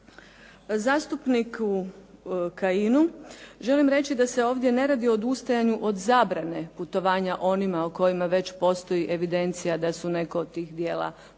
Zastupniku Kajinu želim reći da se ovdje ne radi odustajanju od zabrane putovanja onima o kojima već postoji evidencija da su neke od tih djela počinili.